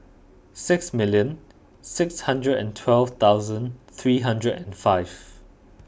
six million six hundred and twelve thousand three hundred and five